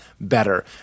better